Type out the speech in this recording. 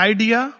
Idea